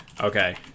Okay